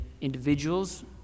individuals